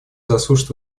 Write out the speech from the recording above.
заслушает